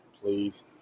please